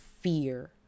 fear